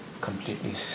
completely